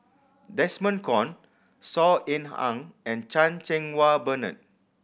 Desmond Kon Saw Ean Ang and Chan Cheng Wah Bernard